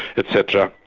etc,